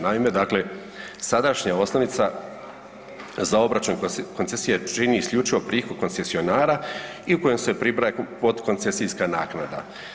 Naime, dakle sadašnja osnovica za obračun koncesije čini isključivo prihod koncesionara i u kojem se pribraja potkoncesijska naknada.